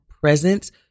presence